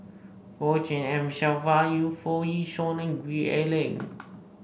Goh Tshin En Sylvia Yu Foo Yee Shoon and Gwee Ah Leng